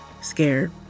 scared